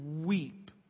weep